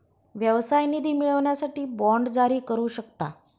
व्यवसाय निधी मिळवण्यासाठी बाँड जारी करू शकता